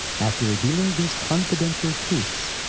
after revealing these confidential truths,